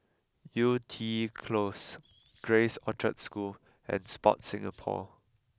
Yew Tee Close Grace Orchard School and Sport Singapore